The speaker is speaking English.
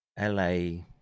LA